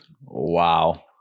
wow